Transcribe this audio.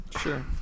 Sure